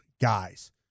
guys